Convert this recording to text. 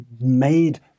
made